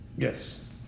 Yes